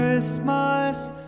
Christmas